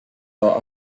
are